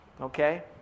Okay